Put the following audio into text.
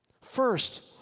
First